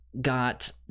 got